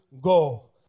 go